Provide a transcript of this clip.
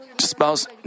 spouse